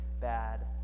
bad